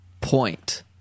point